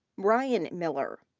brian miller.